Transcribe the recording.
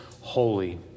holy